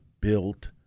built